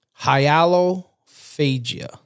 Hyalophagia